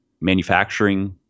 manufacturing